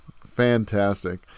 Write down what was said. fantastic